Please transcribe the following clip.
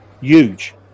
huge